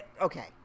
okay